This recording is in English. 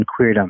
Queerdom